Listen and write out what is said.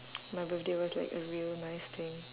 my birthday was like a really nice thing